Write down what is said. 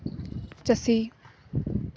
ᱪᱟᱹᱥᱤ